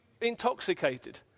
intoxicated